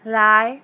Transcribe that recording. রায়